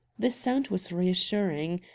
the sound was reassuring.